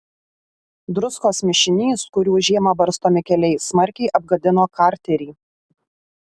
druskos mišinys kuriuo žiemą barstomi keliai smarkiai apgadino karterį